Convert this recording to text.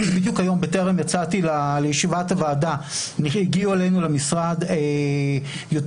בדיוק היום בטרם יצאתי לישיבת הוועדה הגיעו אלינו למשרד יותר